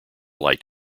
light